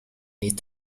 need